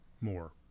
more